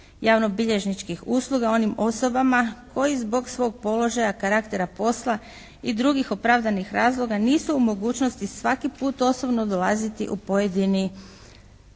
javnobilježničkih usluga onim osobama koji zbog svog položaja, karaktera posla i drugih opravdanih razloga nisu u mogućnosti svaki put osobno dolaziti u pojedini